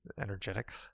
energetics